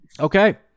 Okay